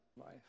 life